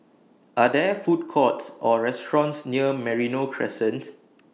Are There Food Courts Or restaurants near Merino Crescent